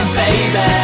baby